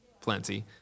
plenty